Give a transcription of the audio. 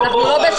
תשובה.